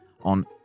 on